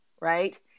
Right